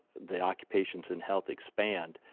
the occupations in health expand.